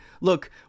Look